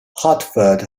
hartford